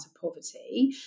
poverty